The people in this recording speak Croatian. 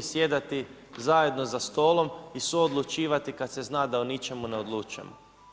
sjedati zajedno za stolom i suodlučivati kada se zna da o ničemu ne odlučujemo?